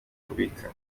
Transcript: kubika